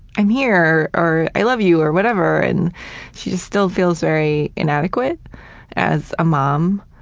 i'm here or i love you or whatever, and she just still feels very inadequate as a mom,